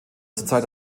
zurzeit